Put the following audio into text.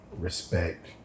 respect